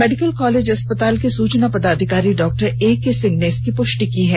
medical college अस्पताल के सुचना पदाधिकारी डॉ एके सिंह ने इसकी पुष्टि की है